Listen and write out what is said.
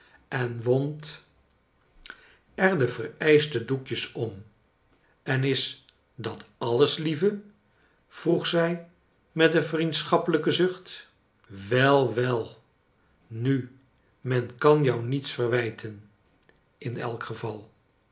en wond er de vereischte doekjes om en is dat alles lieve vroeg zij met een vriendschappelijken zucht wel wel nu men kan jou niets verwijten in elk geval